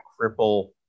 cripple